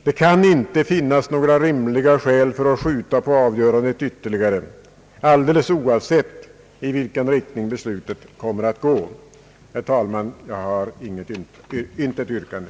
Det kan inte finnas några rimliga skäl för att uppskjuta avgörandet ytterligare, alldeles oavsett i vilken riktning beslutet kommer att gå. Herr talman, jag har intet yrkande.